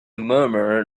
murmur